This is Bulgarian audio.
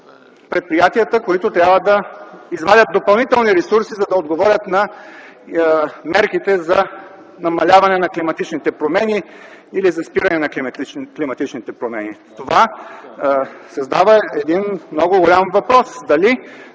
предприятията, които трябва да извадят допълнителни ресурси, за да отговорят на мерките за намаляване или за спирането на климатичните промени. Това създава много голям въпрос